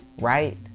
right